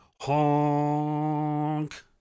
honk